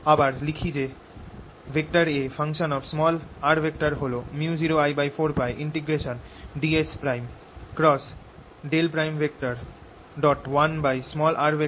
আবার লিখি যে A হল µ0I4πds1r r যেটা হল µ0I4πdsr r